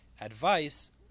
advice